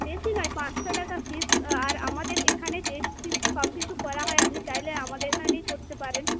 বেশি নয় পাঁচশো টাকা ফিজ আর আমাদের এখানে টেস্ট সব কিছু করা হয় আপনি চাইলে আমাদের এখানেই করতে পারেন